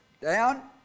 down